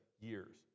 years